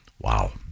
Wow